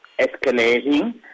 escalating